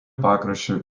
pakraščiu